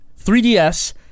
3DS